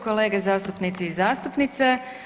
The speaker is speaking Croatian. Kolege zastupnici i zastupnice.